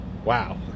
Wow